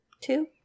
Two